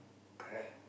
correct